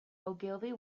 ogilvy